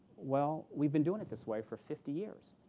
well, we've been doing it this way for fifty years.